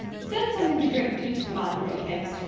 send something to drink into the library, keggs,